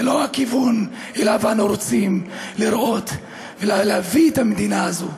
זה לא הכיוון שאותו אנו רוצים לראות ולהביא אליו את המדינה הזאת.